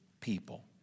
people